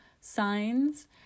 signs